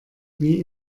wie